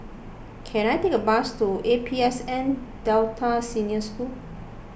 can I take a bus to A P S N Delta Senior School